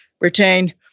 retain